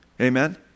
amen